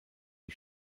die